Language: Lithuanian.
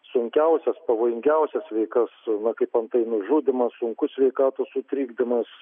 sunkiausias pavojingiausias veikas na kaip antai nužudymas sunkus sveikatos sutrikdymas